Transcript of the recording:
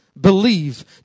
Believe